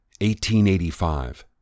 1885